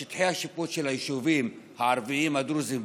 שטחי השיפוט של היישובים הערביים והדרוזיים,